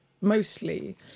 mostly